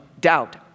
doubt